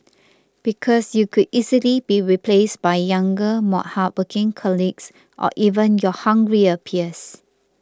because you could easily be replaced by younger more hard working colleagues or even your hungrier peers